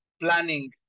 planning